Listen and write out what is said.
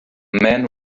men